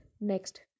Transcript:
next